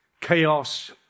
chaos